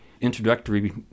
introductory